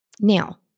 Now